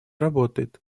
работает